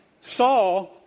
Saul